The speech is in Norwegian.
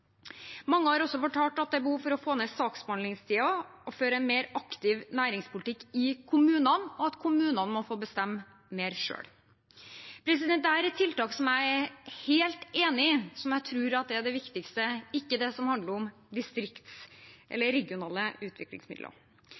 Mange har også fortalt at det er behov for å få ned saksbehandlingstiden og føre en mer aktiv næringspolitikk i kommunene, og at kommunene må få bestemme mer selv. Dette er tiltak jeg er helt enig i, og som jeg tror er det viktigste – ikke det som handler om regionale utviklingsmidler.